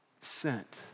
sent